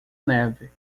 neve